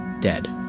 dead